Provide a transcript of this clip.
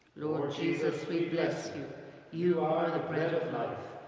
lord jesus we bless you you are the bread of life.